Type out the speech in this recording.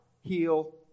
heal